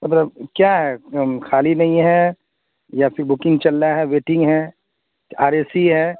مطلب کیا ہے خالی نہیں ہے یا پھر بکنگ چل رہا ہے ویٹنگ ہے آر اے سی ہے